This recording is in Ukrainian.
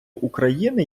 україни